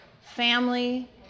family